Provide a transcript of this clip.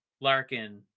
Larkin